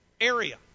area